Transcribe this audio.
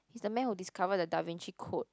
he's the man who discovered the Da-Vinci-Code